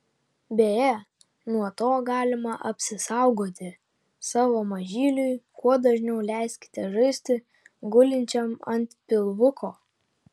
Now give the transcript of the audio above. beje nuo to galima apsisaugoti savo mažyliui kuo dažniau leiskite žaisti gulinčiam ant pilvuko